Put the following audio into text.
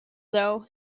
though